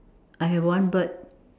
I have one bird